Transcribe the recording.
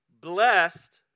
blessed